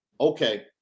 okay